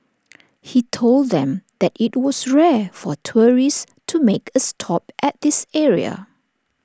he told them that IT was rare for tourists to make A stop at this area